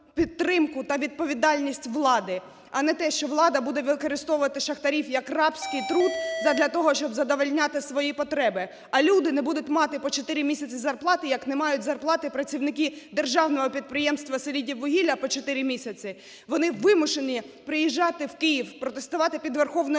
та відповідальність влади, а не те, що влада буде використовувати шахтарів як рабський труд задля того, що задовольняти свої потреби, а люди не будуть мати по 4 місяці зарплати, як не мають зарплати працівники державного підприємства "Селидіввугілля" по 4 місяці. Вони вимушені приїжджати в Київ, протестувати під Верховною Радою,